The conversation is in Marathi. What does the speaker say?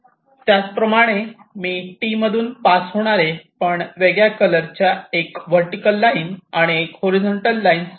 त्याचप्रमाणे मी T मधून पास होणारे पण वेगळ्या कलरच्या 1 वर्टीकल लाईन्स आणि 1 हॉरिझॉन्टल लाईन्स काढली